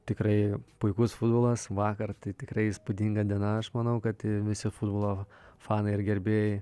tikrai puikus futbolas vakar tai tikrai įspūdinga diena aš manau kad visi futbolo fanai ir gerbėjai